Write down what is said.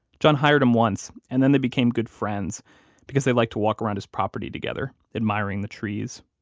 john hired him once and then they became good friends because they liked to walk around his property together admiring the trees.